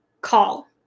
call